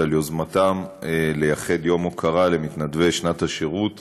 על יוזמתם לייחד יום הוקרה למתנדבי שנת שירות